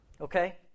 okay